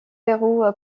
vers